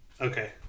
Okay